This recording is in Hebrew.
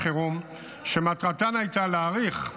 פרקי הזמן הן להארכת